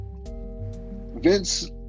Vince